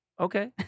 Okay